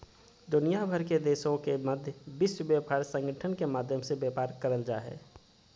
दुनिया भर के देशों के मध्य विश्व व्यापार संगठन के माध्यम से व्यापार करल जा हइ